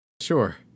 sure